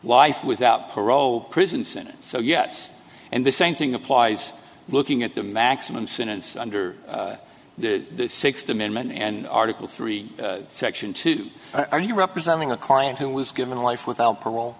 life without parole prison sentence so yes and the same thing applies looking at the maximum sentence under the sixth amendment and article three section two are you representing a client who was given a life without